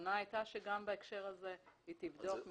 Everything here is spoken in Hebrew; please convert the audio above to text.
הכוונה הייתה שגם בהקשר הזה היא תבדוק.